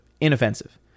inoffensive